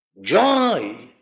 Joy